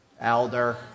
Elder